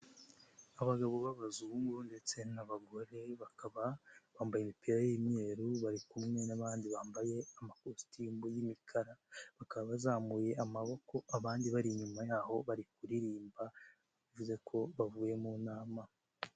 Abagabo b'abazungu ndetse n'abagore bakaba bambaye imipira y'imweru bari kumwe n'abandi bambaye amakositimu y'imikara, bakaba bazamuye amaboko, abandi bari inyuma yaho bari kuririmba, bivuze ko bavuye mu nama.